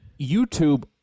YouTube